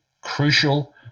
crucial